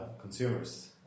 consumers